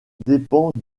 dépend